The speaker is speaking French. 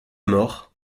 mort